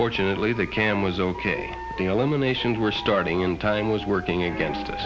fortunately the cam was ok the eliminations were starting in time was working against